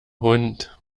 hund